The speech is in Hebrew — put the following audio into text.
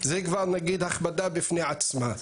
זה כבר הכבדה בפני עצמה.